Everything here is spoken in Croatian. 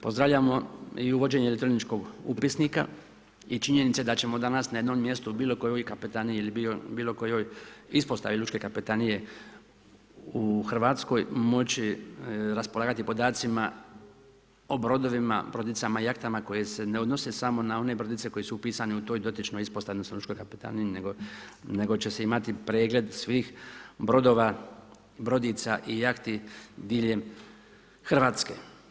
Pozdravljamo i uvođenje elektroničkog upisnika i činjenice da ćemo danas na jednom mjestu u bilo kojoj kapetaniji ili bilo kojoj ispostavi lučke kapetanije u Hrvatskoj moći raspolagati podacima o brodovima, brodicama i jahtama koje se ne odnose samo na one brodice koje su upisane u toj dotičnoj ispostavi odnosno lučkoj kapetaniji nego će se imati pregled svih brodova i brodica i jahti diljem Hrvatske.